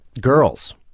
girls